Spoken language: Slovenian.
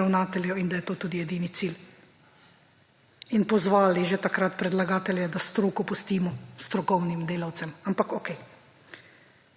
ravnateljev, in da je to tudi edini cilj. In pozvali že takrat predlagatelje, da stroko pustimo **18. TRAK: (SB) –